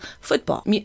football